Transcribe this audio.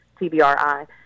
TBRI